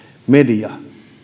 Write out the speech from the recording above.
media